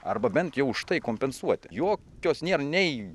arba bent jau už tai kompensuoti jokios nėra nei